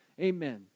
Amen